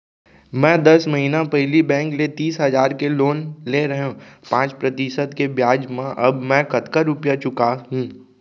मैं दस महिना पहिली बैंक ले तीस हजार के लोन ले रहेंव पाँच प्रतिशत के ब्याज म अब मैं कतका रुपिया चुका हूँ?